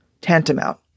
tantamount